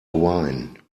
wine